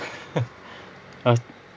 I was